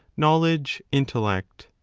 knowledge, intellect.